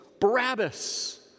Barabbas